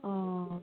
অ